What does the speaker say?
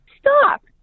stop